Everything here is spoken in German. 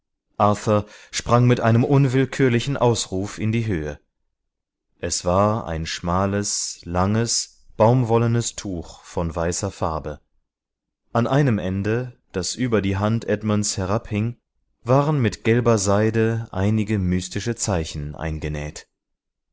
sprang mit einem unwillkürlichen ausruf in die höhe es war ein schmales langes baumwollenes tuch von weißer farbe an einem ende das über die hand edmunds herabhing waren mit gelber seide einige mystische zeichen eingenäht